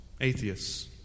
atheists